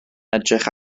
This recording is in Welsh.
edrych